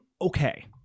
Okay